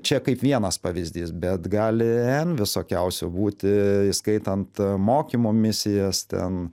čia kaip vienas pavyzdys bet gali n visokiausių būti įskaitant mokymų misijas ten